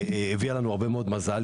הביאה לנו הרבה מאוד מזל.